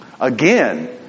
Again